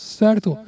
certo